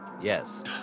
Yes